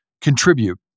contribute